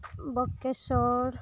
ᱵᱚᱠᱠᱮᱥᱚᱨ